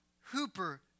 hooper